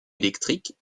électriques